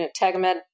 Tagamet